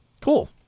Cool